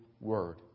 Word